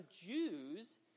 Jews